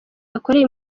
yakoreye